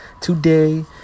today